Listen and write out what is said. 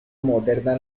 moderna